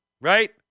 right